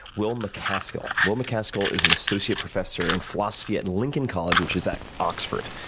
will macaskill. will macaskill is an associate professor in philosophy at and lincoln college, which is at oxford.